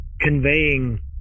conveying